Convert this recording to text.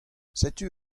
setu